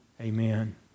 Amen